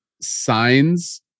signs